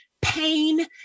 pain